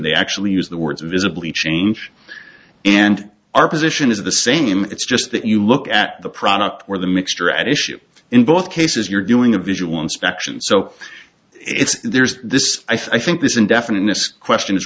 they actually use the words visibly change and our position is the same it's just that you look at the product or the mixture at issue in both cases you're doing a visual inspection so it's there's this i think this indefiniteness question is